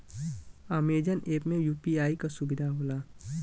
Amazon app में UPI क सुविधा होला